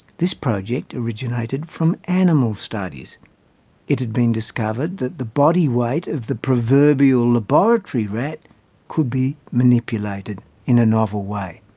this project originated from animal studies it had been discovered that the body weight of the proverbial laboratory rat could be manipulated in a novel way.